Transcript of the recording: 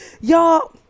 Y'all